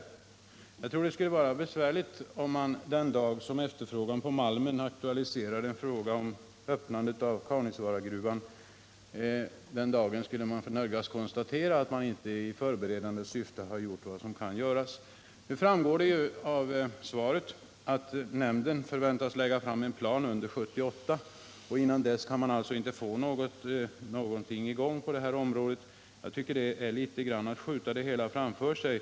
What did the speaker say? Jag tror att det skulle bli besvärligt om man den dag efterfrågan på malm aktualiserade frågan om öppnandet av Kaunisvaaragruvan nödgades konstatera att man inte i förberedande syfte har gjort vad som kan göras. Av svaret framgår emellertid att nämnden förväntas lägga fram en plan under 1978, och innan dess kan man alltså inte vidta några åtgärder på det här området. Att avvakta denna plan tycker jag är att skjuta problemen framför sig.